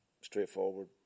straightforward